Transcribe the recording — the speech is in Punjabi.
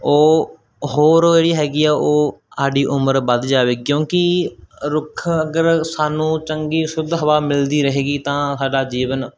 ਉਹ ਹੋਰ ਜਿਹੜੀ ਹੈਗੀ ਆ ਉਹ ਸਾਡੀ ਉਮਰ ਵੱਧ ਜਾਵੇਗੀ ਕਿਉਂਕਿ ਰੁੱਖ ਅਗਰ ਸਾਨੂੰ ਚੰਗੀ ਸ਼ੁੱਧ ਹਵਾ ਮਿਲਦੀ ਰਹੇਗੀ ਤਾਂ ਸਾਡਾ ਜੀਵਨ